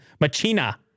machina